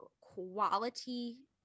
quality